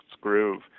groove